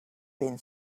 been